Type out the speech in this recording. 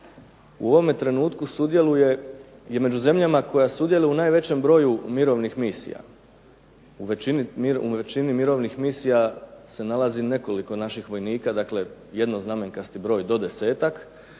u ovome trenutku sudjeluje među zemljama koje sudjeluju u najvećem broju mirovnih misija, u većini mirovnih misija se nalaze veliki broj naših vojnika, jednoznamenkasti broj do 10-tak,